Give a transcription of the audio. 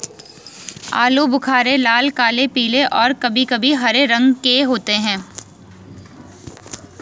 आलू बुख़ारे लाल, काले, पीले और कभी कभी हरे रंग के होते हैं